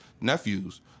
nephews